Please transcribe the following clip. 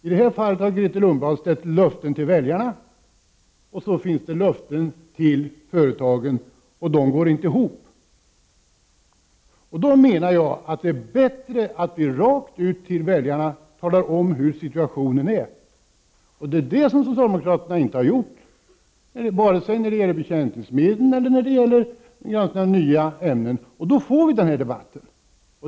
I det här fallet har Grethe Lundblad ställt ut löften till väljarna, och så finns det löften till företagen — och det går inte ihop. Då menar jag att det är bättre att vi rakt ut talar om för väljarna hur situationen är. Det har socialdemokraterna inte gjort, vare sig när det gäller bekämpningsmedel eller när det gäller nya ämnen, och då får vi den här debatten.